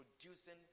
producing